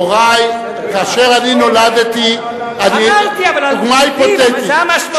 אמרתי, אבל זה המשמעות.